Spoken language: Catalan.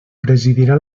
presidirà